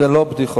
זה לא בדיחה.